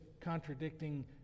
contradicting